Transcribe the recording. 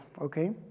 okay